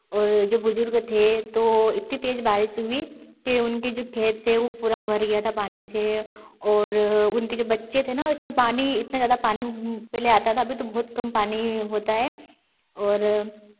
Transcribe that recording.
और जो बुजुर्ग थे तो इतनी तेज बारिश हुई कि उनके जो खेत थे वो पूरा भर गया था पानी से और उनके जो बच्चे थे ना इतने पानी इतना ज्यादा पानी पहले आता था अभी तो बहुत कम पानी होता है और